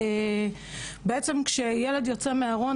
בעצם כשילד יוצא מהארון,